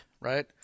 right